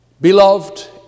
beloved